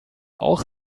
auch